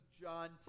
John